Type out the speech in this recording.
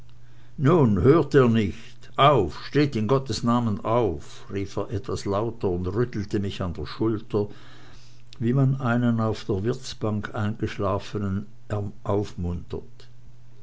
nun hört ihr nicht auf steht in gottes namen auf rief er etwas lauter und rüttelte mich an der schulter wie man einen auf der wirtsbank eingeschlafenen aufmuntert